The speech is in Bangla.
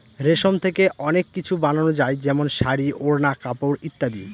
রেশম থেকে অনেক কিছু বানানো যায় যেমন শাড়ী, ওড়না, কাপড় ইত্যাদি